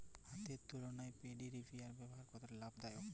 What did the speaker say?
হাতের তুলনায় paddy reaper ব্যবহার কতটা লাভদায়ক?